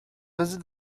visit